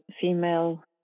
female